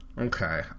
Okay